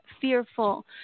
fearful